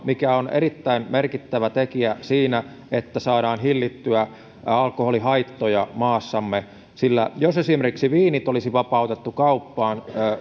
mikä on erittäin merkittävä tekijä siinä että saadaan hillittyä alkoholihaittoja maassamme jos esimerkiksi viinit olisi vapautettu kauppaan